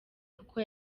kuko